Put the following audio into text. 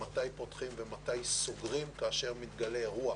מתי פותחים ומתי סוגרים כאשר מתגלה אירוע